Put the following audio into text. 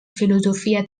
filosofia